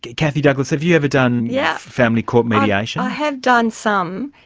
kathy douglas, have you ever done yeah family court mediation? i have done some,